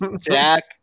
Jack